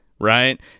right